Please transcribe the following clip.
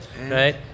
right